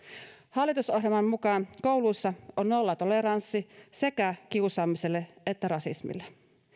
hallitusohjelman mukaan kouluissa on nollatoleranssi sekä kiusaamiselle että rasismille